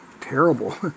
terrible